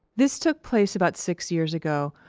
this took place about six years ago,